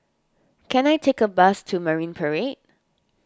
can I take a bus to Marine Parade